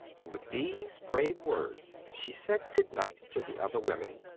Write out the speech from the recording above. and with these brave words she said good-night to the other women,